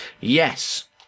yes